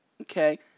Okay